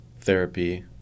therapy